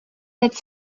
cette